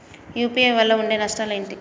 UPI వల్ల ఉండే నష్టాలు ఏంటి??